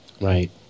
Right